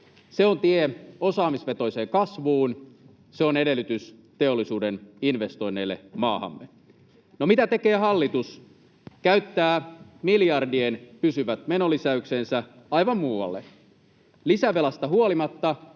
Se on tie osaamisvetoiseen kasvuun. Se on edellytys teollisuuden investoinneille maahamme. No, mitä tekee hallitus? Käyttää miljardien pysyvät menolisäyksensä aivan muualle. Lisävelasta huolimatta